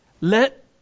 let